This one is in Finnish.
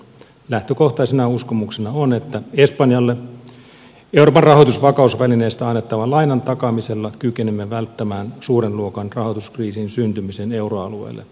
lähtökohtaisena uskomuksena on että espanjalle euroopan rahoitusvakausvälineestä annettavan lainan takaamisella kykenemme välttämään suuren luokan rahoituskriisin syntymisen euroalueelle